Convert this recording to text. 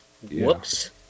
Whoops